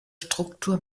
struktur